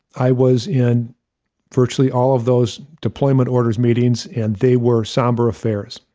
i was in virtually all of those deployment orders meetings, and they were somber affairs.